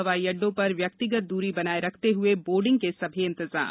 हवाई अड्डों पर व्यक्तिगत द्ररी बनाए रखते हए बोर्डिंग के सभी इंतजाम